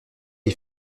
est